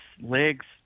legs